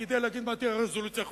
כדי להגיד מה תהיה הרזולוציה הנכונה.